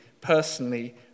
personally